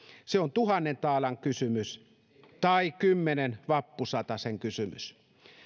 se on tuhannen taalan kysymys tai kymmenen vappusatasen kysymys